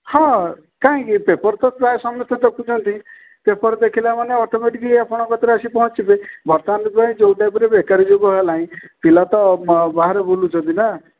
ହଁ କାଇଁ କି ପେପର୍ ତ ପ୍ରାୟ ସମସ୍ତେ ଦେଖୁଛନ୍ତି ପେପର୍ ଦେଖିଲାମାନେ ଅଟୋମେଟିକ୍ ଆପଣଙ୍କ କତିରେ ଆସିକି ପହଁଚିବେ ବର୍ତ୍ତମାନ ପାଇଁ ଯେଉଁ ଟାଇପ୍ର ବେକାରି ଯୁଗ ହେଲାଣି ପିଲା ତ ବାହାରେ ବୁଲୁଛନ୍ତି ନା